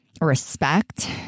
respect